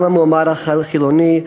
גם המועמד החילוני,